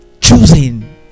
Choosing